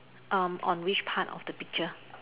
on on which part of the picture